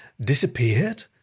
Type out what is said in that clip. disappeared